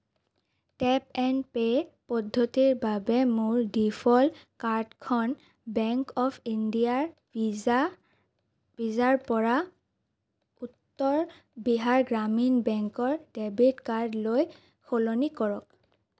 tap and pay পদ্ধতিৰ বাবে মোৰ ডিফ'ল্ট কাৰ্ডখন বেংক অৱ ইণ্ডিয়াৰ ভিজা ভিছাৰ পৰা উত্তৰ বিহাৰ গ্ৰামীণ বেংকৰ ডেবিট কাৰ্ডলৈ সলনি কৰক